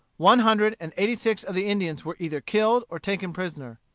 one hundred and eighty-six of the indians were either killed or taken prisoners.